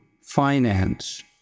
finance